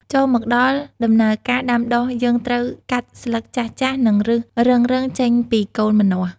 ចូលមកដល់ដំណើរការដាំដុះយើងត្រូវកាត់ស្លឹកចាស់ៗ និងឫសរឹងៗចេញពីកូនម្នាស់។